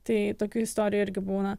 tai tokių istorijų irgi būna